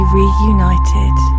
reunited